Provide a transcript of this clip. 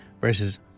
Verses